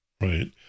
right